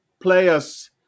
players